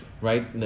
Right